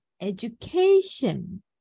education